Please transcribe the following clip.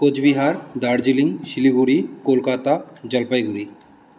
Cooch Behar Darjeeling Siliguri Kolkata Jalpaiguri